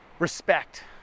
Respect